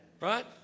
Right